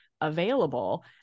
available